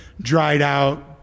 dried-out